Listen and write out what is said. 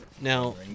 now